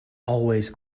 always